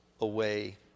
away